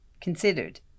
considered